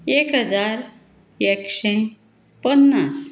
एक हजार एकशें पन्नास